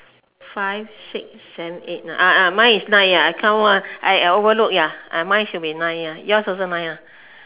five six seven eight nine ya mine is nine I count one ya ya I overlooked mine should be nine yours also one